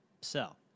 sell